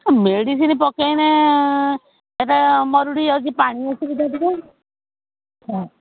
ହଁ ମେଡ଼ିସିନ୍ ପକେଇଲେ ଏଇଟା ମରୁଡ଼ି ଅଛି ପାଣି ଅସୁବିଧା ପରା